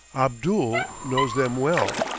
abdul knows them well,